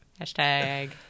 Hashtag